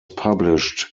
published